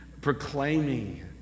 proclaiming